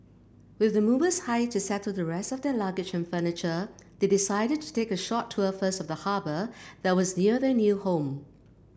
with the movers hired to settle the rest of their luggage and furniture they decided to take a short tour first of the harbour that was near their new home